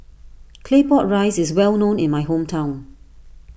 Claypot Rice is well known in my hometown